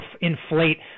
inflate